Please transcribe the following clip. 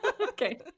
Okay